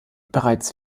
bereits